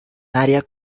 maria